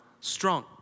strong